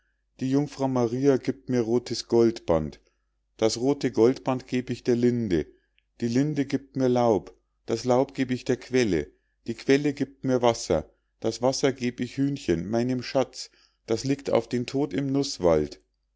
die jungfrau maria giebt mir rothes goldband das rothe goldband geb ich der linde die linde giebt mir laub das laub geb ich der quelle die quelle giebt mir wasser das wasser geb ich hühnchen meinem schatz das liegt auf den tod im nußwald